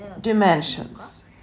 dimensions